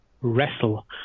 wrestle